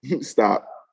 Stop